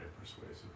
persuasive